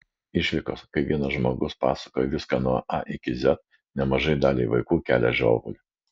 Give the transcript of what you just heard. išvykos kai vienas žmogus pasakoja viską nuo a iki z nemažai daliai vaikų kelia žiovulį